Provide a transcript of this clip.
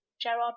Gerard